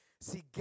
See